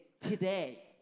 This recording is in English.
today